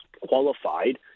qualified